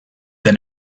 the